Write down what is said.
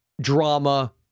drama